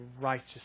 righteousness